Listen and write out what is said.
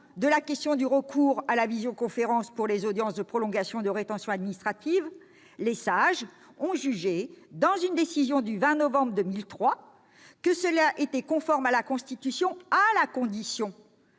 de la question du recours à la visioconférence pour les audiences de prolongation de rétention administrative, les sages ont jugé, dans une décision du 20 novembre 2003, qu'un tel recours était conforme à la Constitution à la condition